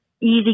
easy